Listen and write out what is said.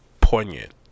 poignant